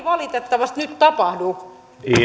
valitettavasti nyt tapahdu